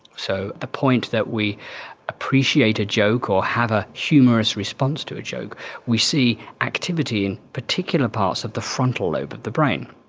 so the point that we appreciate a joke or have a humorous response to a joke we see activity in particular parts of the frontal lobe of the brain.